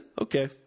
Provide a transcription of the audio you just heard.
okay